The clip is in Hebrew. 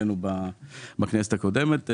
עלינו בכנסת הקודמת.